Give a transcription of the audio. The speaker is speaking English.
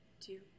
two